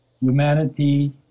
humanity